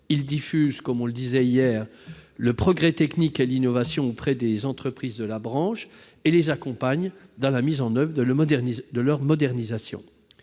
Ils diffusent, comme cela a été dit hier, le progrès technique et l'innovation auprès des entreprises de leur branche et les accompagnent dans la mise en oeuvre de leur modernisation.